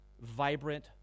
vibrant